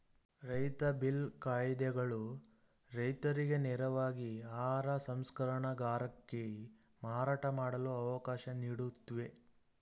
ರೈತ ಬಿಲ್ ಕಾಯಿದೆಗಳು ರೈತರಿಗೆ ನೇರವಾಗಿ ಆಹಾರ ಸಂಸ್ಕರಣಗಾರಕ್ಕೆ ಮಾರಾಟ ಮಾಡಲು ಅವಕಾಶ ನೀಡುತ್ವೆ